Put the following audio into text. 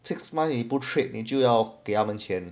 six months 你不 trade 你就要给他们钱